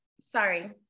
sorry